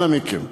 אנא מכם,